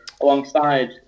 Alongside